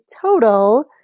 total